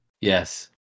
Yes